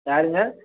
யாருங்க